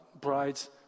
bride's